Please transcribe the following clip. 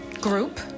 group